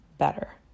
better